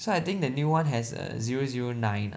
so I think the new one has a zero zero nine ah